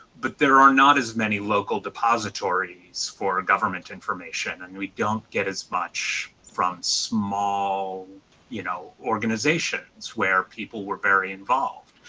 but there are not as many local depositories for government information, and we don't get as much from small you know organizations where people were very involved.